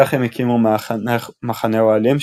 כך הם הקימו מחנה אוהלים,